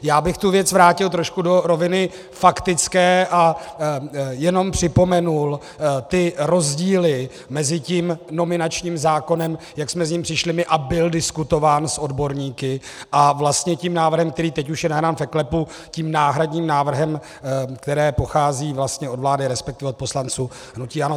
Já bych tu věc vrátil trošku do roviny faktické a jenom připomenul rozdíly mezi tím nominačním zákonem, jak jsme s ním přišli my, a byl diskutován s odborníky, a vlastně tím návrhem, který teď už je nahrán v eKlepu, tím náhradním návrhem, který pochází vlastně od vlády, resp. od poslanců hnutí ANO.